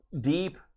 deep